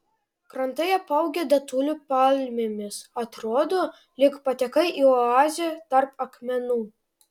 krantai apaugę datulių palmėmis atrodo lyg patekai į oazę tarp akmenų